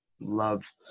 love